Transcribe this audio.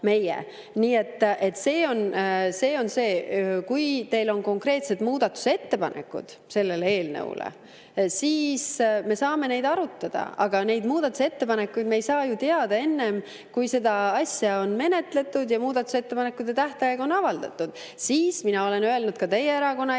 Nii et see on see. Kui teil on konkreetsed muudatusettepanekud selle eelnõu kohta, siis me saame neid arutada. Aga neid muudatusettepanekuid me ei saa ju teada enne, kui seda asja on menetletud ja muudatusettepanekute tähtaeg on avaldatud. Mina olen öelnud ka teie erakonna